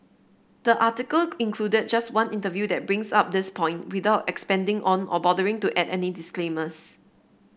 the article included just one interview that brings up this point without expanding on or bothering to add any disclaimers